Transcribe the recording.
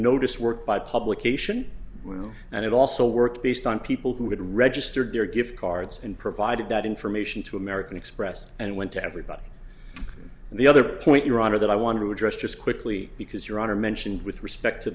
notice work by publication and it also work based on people who had registered their gift cards and provided that information to american express and went to everybody and the other point your honor that i want to address just quickly because your honor mentioned with respect to